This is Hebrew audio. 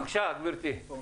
בבקשה, גברתי.